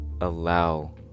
allow